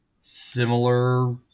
similar